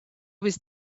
was